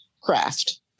craft